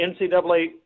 NCAA